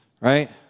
right